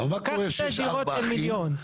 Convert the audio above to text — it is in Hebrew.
קח שתי דירות של מיליון.